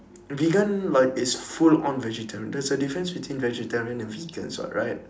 vegan like is full on vegetarian there's a difference between vegetarian and vegans [what] right